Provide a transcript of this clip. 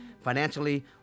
Financially